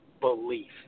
belief